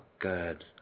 good